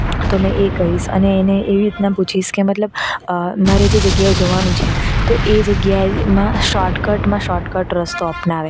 તો મેં એ કહીશ અને એવી રીતના પૂછીશ કે મતલબ મારે જે જગ્યાએ જવાનું છે તો એ જગ્યામાં શોર્ટકટમાં શોર્ટકટ રસ્તો અપનાવે